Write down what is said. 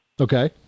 okay